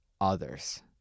others